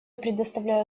предоставляю